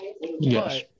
Yes